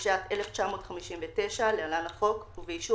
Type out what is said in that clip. התשי"ט-1959 (להלן החוק) ובאישור